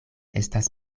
estas